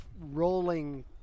rolling